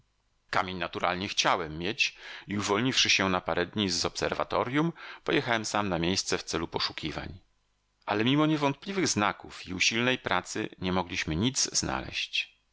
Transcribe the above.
kamień naturalnie chciałem mieć i uwolniwszy się na parę dni z obserwatorjum pojechałem sam na miejsce w celu poszukiwań ale mimo niewątpliwych znaków i usilnej pracy nie mogliśmy nic znaleść